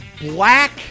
black